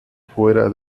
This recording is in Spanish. fuera